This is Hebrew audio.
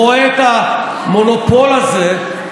רואה את המונופול הזה,